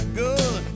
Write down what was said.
good